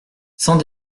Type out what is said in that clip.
sans